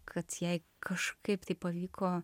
kad jai kažkaip pavyko